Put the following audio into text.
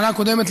שנה קודמת,